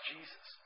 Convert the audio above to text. Jesus